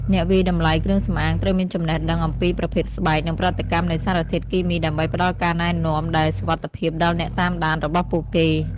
អ្នកវាយតម្លៃគ្រឿងសម្អាងត្រូវមានចំណេះដឹងអំពីប្រភេទស្បែក និងប្រតិកម្មនៃសារធាតុគីមី ដើម្បីផ្តល់ការណែនាំដែលសុវត្ថិភាពដល់អ្នកតាមដានរបស់ពួកគេ។